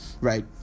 right